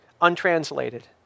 untranslated